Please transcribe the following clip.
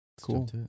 Cool